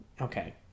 okay